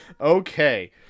Okay